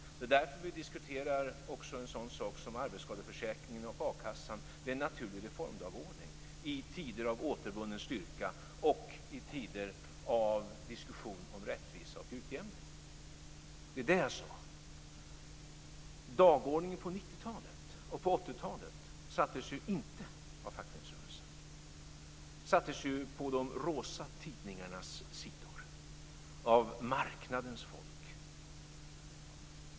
Det är därför vi också diskuterar sådana saker som arbetsskadeförsäkringen och a-kassan. Det är en naturlig reformdagordning i tider av återvunnen styrka och i tider av diskussion om rättvisa och utjämning. Det var det jag sade. Dagordningen på 90-talet och på 80-talet sattes inte av fackföreningsrörelsen. Den sattes på de rosa tidningarnas sidor av marknadens folk.